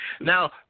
Now